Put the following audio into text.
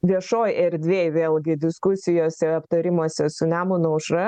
viešoj erdvėj vėlgi diskusijose aptarimuose su nemuno aušra